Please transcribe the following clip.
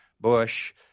Bush